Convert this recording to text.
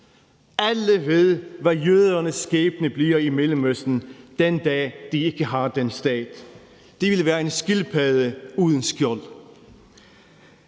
Alle ved, været jødernes skæbne bliver i Mellemøsten den dag, de ikke har den stat. De vil være en skildpadde uden skjold.